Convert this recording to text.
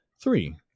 Three